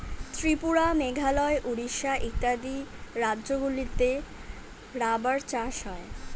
ত্রিপুরা, মেঘালয়, উড়িষ্যা ইত্যাদি রাজ্যগুলিতে রাবার চাষ হয়